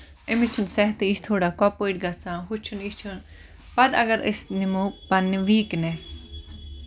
أمِس چھُنہٕ صحتے یہِ چھُ تھوڑا کۄپٲٹھۍ گژھان ہُہ چھُنہٕ یہِ چھُنہٕ پَتہٕ اَگر أسۍ نَمَو پَنٕنہِ ویٖکنیس